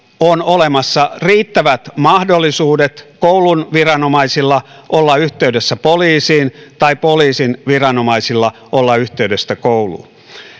on olemassa riittävät mahdollisuudet koulun viranomaisilla olla yhteydessä poliisiin tai poliisin viranomaisilla olla yhteydessä kouluun